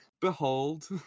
Behold